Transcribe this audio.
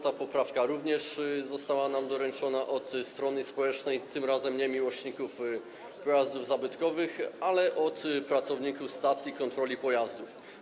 Ta poprawka również została nam doręczona przez stronę społeczną, tym razem nie przez miłośników pojazdów zabytkowych, ale przez pracowników stacji kontroli pojazdów.